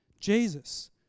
jesus